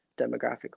demographic